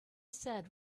said